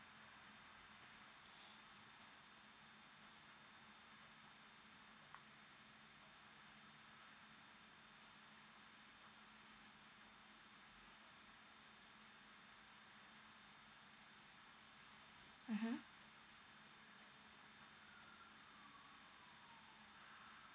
mmhmm